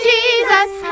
Jesus